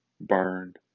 burned